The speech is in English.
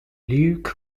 luke